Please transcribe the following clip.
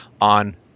on